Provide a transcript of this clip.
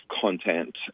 content